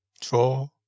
Draw